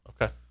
Okay